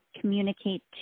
communicate